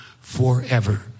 forever